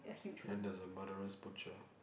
and there's a murderous butcher